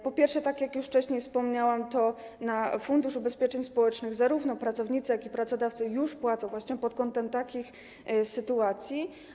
Po pierwsze, tak jak już wcześniej wspomniałam, na Fundusz Ubezpieczeń Społecznych zarówno pracownicy, jak i pracodawcy płacą właśnie pod kątem takich sytuacji.